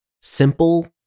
simple